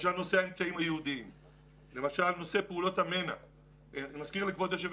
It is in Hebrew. שוטר בודד הציל